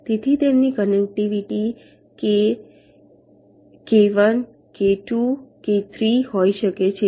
તેથી તેમની કનેક્ટિવિટી કે 1 કે 2 કે 3 હોઈ શકે છે